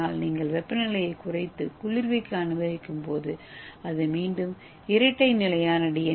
ஆனால் நீங்கள் வெப்பநிலையைக் குறைத்து குளிர்விக்க அனுமதிக்கும்போது அது மீண்டும் இரட்டை நிலையான டி